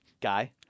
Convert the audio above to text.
guy